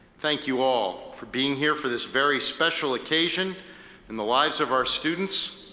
thank you all for being here for this very special occasion in the lives of our students.